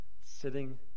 sitting